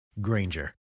Granger